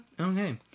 Okay